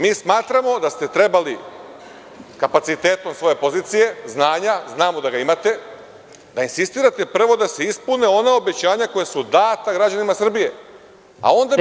Mi smatramo da ste trebali kapacitetom svoje pozicije, znanja, znamo da ga imate, da insistirate da se prvo ispune ona obećanja koja su data građanima Srbije, a onda…